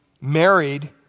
married